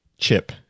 chip